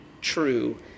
true